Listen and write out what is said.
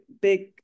big